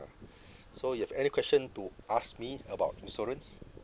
so you have any question to ask me about insurance